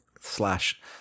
slash